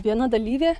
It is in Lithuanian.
viena dalyvė